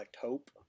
hope